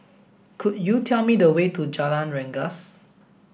could you tell me the way to Jalan Rengas